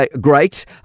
great